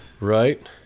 Right